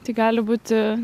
tai gali būti